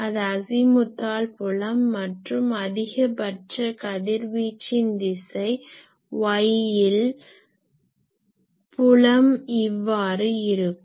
அது அஸிமுத்தால் புலம் மற்றும் அதிகபட்ச கதிர்வீச்சின் திசை y இல் புலம் இவ்வாறு இருக்கும்